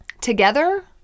Together